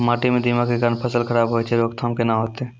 माटी म दीमक के कारण फसल खराब होय छै, रोकथाम केना होतै?